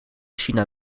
china